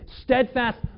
steadfast